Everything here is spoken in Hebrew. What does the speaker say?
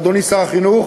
אדוני שר החינוך,